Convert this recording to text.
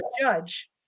judge